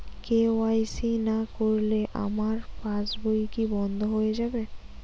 KYC না করলে আমার পাশ বই কি বন্ধ হয়ে যাবে?